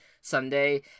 Sunday